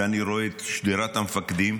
ואני רואה את שדרת המפקדים.